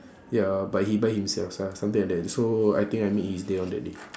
ya but he buy himself ya something like that so I think I made his day on that day